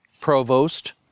provost